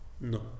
no